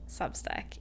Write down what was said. substack